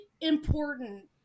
important